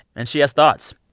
and she has thoughts.